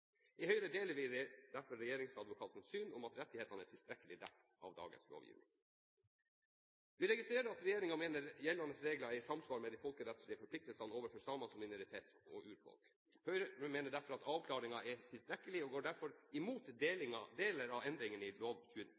i fiskeindustrien. I Høyre deler vi derfor regjeringsadvokatens syn, at rettighetene er tilstrekkelig dekket av dagens lovgivning. Vi registrerer at regjeringen mener gjeldende regler er i samsvar med de folkerettslige forpliktelsene overfor samene som minoritet og urfolk. Høyre mener at avklaringen er tilstrekkelig og går derfor imot deler av endringene i lov